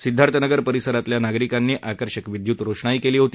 सिद्धार्थनगर परिसरातील नागरिकांनी आकर्षक विद्यूत रोषणाई केली होती